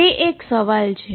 તે એક સવાલ છે